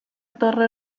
torre